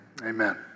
Amen